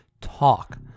talk